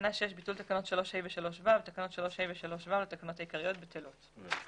ביטול תקנות 3ה ו-3ו תקנות 3ה ו-3ו לתקנות העיקריות בטלות.